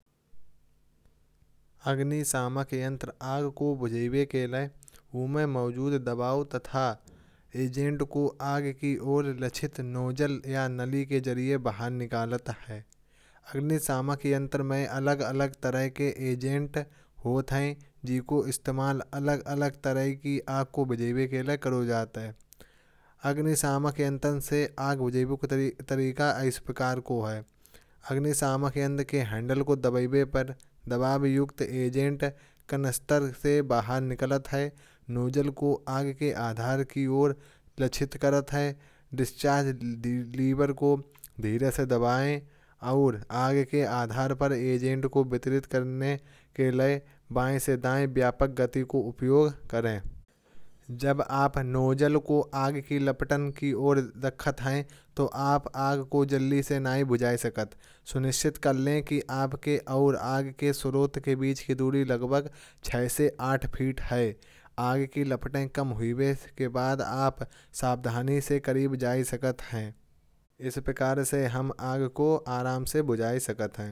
अग्निशामक यंत्र आग को बुझाने के लिए इनमें मौजूद दबाव तथा। एजेंट को आगे की ओर लक्षित नॉजल या नली के जरिए बाहर निकालता है। अग्निशामक यंत्र में अलग अलग तरह के एजेंट होते हैं। जिसका इस्तेमाल अलग अलग प्रकार की आग बुझाने के लिए होता है। अग्निशामक यंत्र से आग बुझाने का तरीका इस प्रकार है। अग्निशामक यंत्र के हैंडल को दबाई भर के दबाव युक्त एजेंट कनस्तर से बाहर निकाल आता है। नॉजल को आग के आधार की ओर लक्षित करता है। डिस्चार्ज लीवर को धीरे से दबाएं। और आगे के आधार पर एजेंट को वितरित करने के लिए बाईं से दाईं व्यापक गति का उपयोग करें। जब आप नॉजल को आग की लपट पर रखते हैं। तो आप आग को जल्दी से नहीं बुझाते सुनिश्चित कर लें। कि आपके और आग के स्रोत के बीच की दूरी लगभग छः से आठ फीट है। आग की लपटें कम हुई हैं इसके बाद आप सावधानी से करीब जा सकते हैं। इस प्रकार से हम आग को आराम से बुझा सकते हैं।